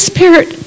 Spirit